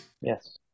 Yes